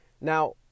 Now